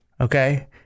Okay